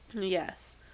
Yes